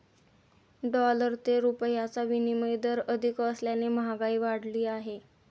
dollar ते रुपयाचा विनिमय दर अधिक असल्याने महागाई वाढली आहे